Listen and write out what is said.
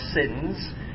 sins